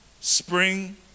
Spring